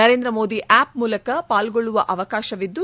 Narendra Modi app ಮೂಲಕ ಪಾಲ್ಗೊಳ್ಳುವ ಅವಕಾತವಿದ್ದು